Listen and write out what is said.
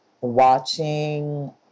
watching